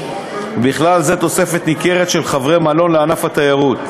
בכלל זה תוספת ניכרת של חדרי מלון לענף התיירות.